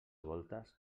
voltes